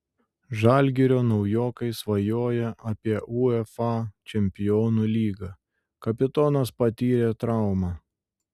žalgirio naujokai svajoja apie uefa čempionų lygą kapitonas patyrė traumą